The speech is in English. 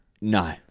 No